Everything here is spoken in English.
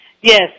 Yes